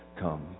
come